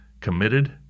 committed